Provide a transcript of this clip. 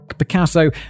Picasso